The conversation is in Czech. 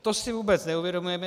To si vůbec neuvědomujeme.